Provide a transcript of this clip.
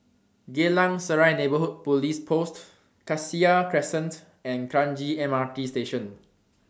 Geylang Serai Neighbourhood Police Post Cassia Crescent and Kranji MRT Station